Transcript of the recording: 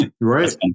right